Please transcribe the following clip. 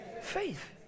Faith